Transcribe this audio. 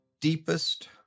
deepest